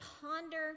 ponder